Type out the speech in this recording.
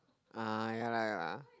uh ya lah ya lah